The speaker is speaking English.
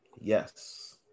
Yes